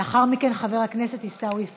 לאחר מכן, חבר הכנסת עיסאווי פריג'.